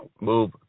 move